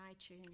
iTunes